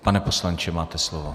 Pane poslanče, máte slovo.